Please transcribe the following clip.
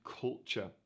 culture